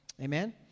Amen